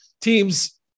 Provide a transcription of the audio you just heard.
Teams